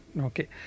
Okay